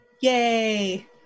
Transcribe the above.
Yay